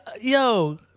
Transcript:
Yo